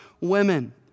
women